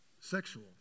sexual